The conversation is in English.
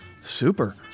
Super